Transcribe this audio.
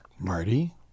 Marty